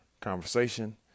conversation